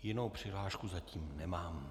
Jinou přihlášku zatím nemám.